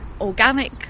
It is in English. organic